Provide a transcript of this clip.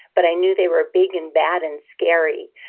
but i knew they were big and bad and scary.